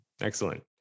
excellent